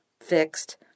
fixed